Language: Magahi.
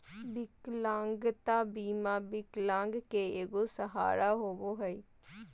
विकलांगता बीमा विकलांग के एगो सहारा होबो हइ